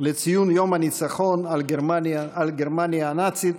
לציון יום הניצחון על גרמניה הנאצית,